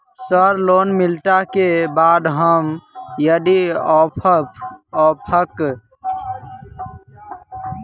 Sir loan मिलला केँ बाद हम यदि ऑफक केँ मे पाई देबाक लैल व्यवस्था बात छैय नै?